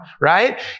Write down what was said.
Right